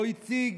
שבה הציג